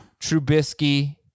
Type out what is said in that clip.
Trubisky